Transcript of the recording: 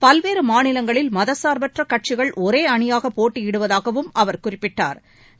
பல்வேறு மாநிலங்களில் மதசா்பற்ற கட்சிகள் ஒரே அணியாக போட்டியிடுவதாகவும் அவா் குறிப்பிட்டா்